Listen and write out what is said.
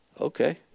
Okay